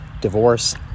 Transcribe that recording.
divorce